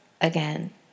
Again